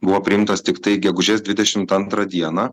buvo priimtas tiktai gegužės dvidešimt antrą dieną